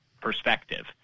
perspective